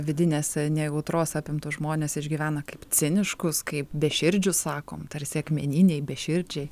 vidinės nejautros apimtus žmones išgyvena kaip ciniškus kaip beširdžius sakom tarsi akmeniniai beširdžiai